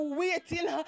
waiting